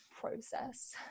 process